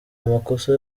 amakosa